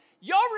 Y'all